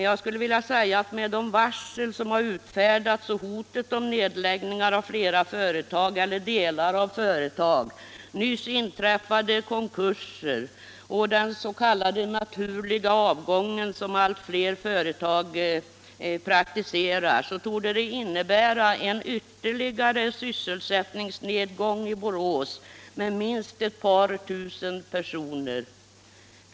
Jag menar dock att med de varsel som utfärdats och hoten om nedläggning av flera företag eller delar av företag, nyss inträffade konkurser och den s.k. naturliga avgången som allt fler företag praktiserar, innebär det i realiteten en ytterligare sysselsättningsnedgång i Borås med minst ett par tusen personer.